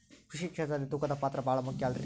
ಕೃಷಿ ಕ್ಷೇತ್ರದಲ್ಲಿ ತೂಕದ ಪಾತ್ರ ಬಹಳ ಮುಖ್ಯ ಅಲ್ರಿ?